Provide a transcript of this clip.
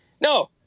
No